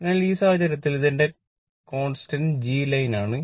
അതിനാൽ ഈ സാഹചര്യത്തിൽ ഇത് എന്റെ കോൺസ്റ്റന്റ് G ലൈൻ ആണ്